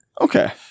Okay